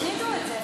אז תצמידו את זה,